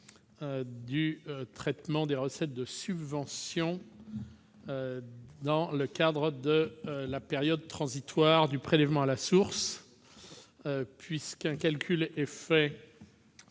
le traitement des recettes de subventions dans le cadre de la période transitoire du prélèvement à la source. Un calcul sera fait